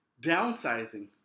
Downsizing